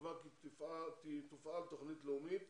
נקבע כי תופעל תוכנית לאומית